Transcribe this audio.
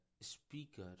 speaker